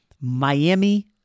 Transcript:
Miami